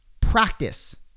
practice